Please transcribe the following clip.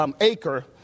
acre